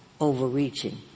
overreaching